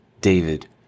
David